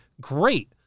Great